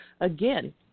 again